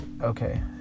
Okay